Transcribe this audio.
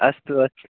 अस्तु अस्तु